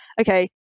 okay